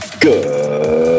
Good